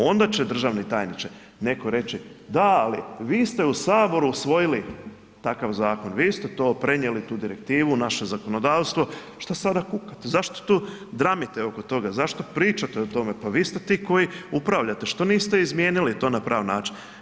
Onda će državni tajniče netko reći da, ali vi ste u HS usvojili takav zakon, vi ste to prenijeli tu direktivu u naše zakonodavstvo, šta sada kukate, zašto tu dramite oko toga, zašto pričate o tome, pa vi ste ti koji upravljate, što niste izmijenili to na prav način?